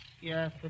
Yes